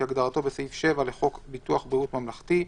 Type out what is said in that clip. כהגדרתו בסעיף 7 לחוק ביטוח בריאות ממלכתי,